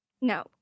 No